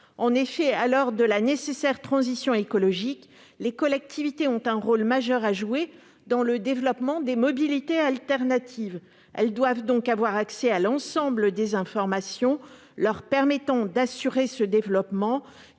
En effet, à l'heure de la nécessaire transition écologique, les collectivités ont un rôle majeur à jouer dans le développement des mobilités alternatives. Elles doivent donc avoir accès à l'ensemble des informations leur permettant d'assurer ce développement,